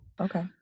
Okay